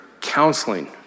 counseling